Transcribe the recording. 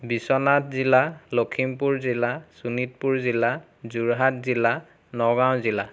বিশ্বনাথ জিলা লখিমপুৰ জিলা শোণিতপুৰ জিলা যোৰহাট জিলা নগাঁও জিলা